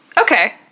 Okay